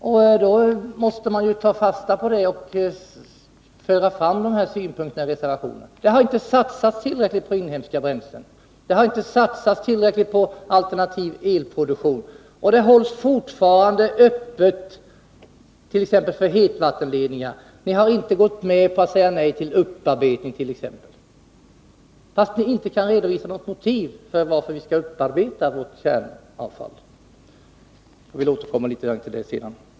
Då måste man ju ta fasta på det och föra fram sina synpunkter i reservationer. Det har inte satsats tillräckligt på inhemska bränslen. Det har inte satsats tillräckligt på alternativ elproduktion. Man håller fortfarande öppet för t.ex. hetvattenledningar. Ni hart.ex. inte gått med på att säga nej till upparbetning, trots att ni inte kan redovisa något motiv till att vi skall upparbeta vårt kärnkraftsavfall. Jag vill återkomma till det senare.